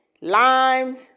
limes